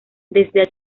desde